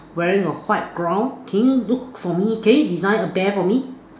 wearing a white gown can you look for me can you design a bear for me